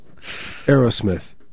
Aerosmith